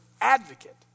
advocate